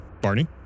Barney